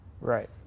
Right